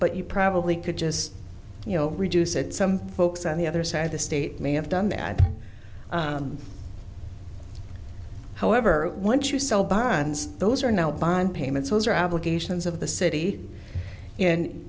but you probably could just you know reduce it some folks on the other side of the state may have done that however once you sell bonds those are now bond payments those are applications of the city and